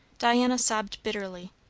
diana sobbed bitterly.